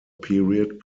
period